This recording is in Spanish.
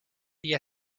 día